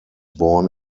born